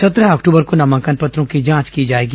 सत्रह अक्टूबर को नामांकन पत्रों की जांच की जाएगी